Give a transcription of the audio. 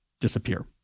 Disappear